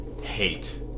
hate